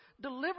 deliver